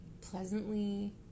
pleasantly